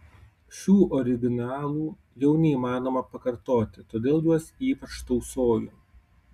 šių originalų jau neįmanoma pakartoti todėl juos ypač tausoju